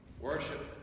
Worship